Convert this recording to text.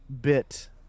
bit